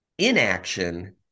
Inaction